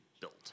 built